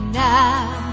now